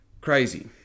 Crazy